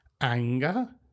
anger